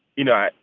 you know,